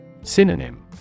Synonym